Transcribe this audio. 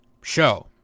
show